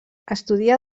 estudià